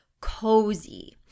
cozy